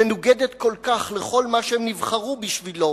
מנוגדת כל כך לכל מה שהם נבחרו בשבילו,